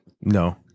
No